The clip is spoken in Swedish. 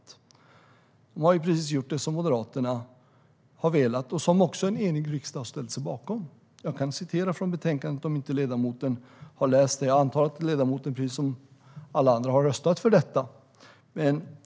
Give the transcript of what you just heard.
Svenska kraftnät har gjort precis det som Moderaterna vill och som också en enig riksdag har ställt sig bakom. Jag kan citera ur betänkandet, om inte ledamoten har läst det. Jag antar att ledamoten, precis som alla andra, har röstat för detta.